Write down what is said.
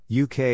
UK